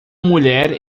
mulher